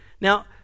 now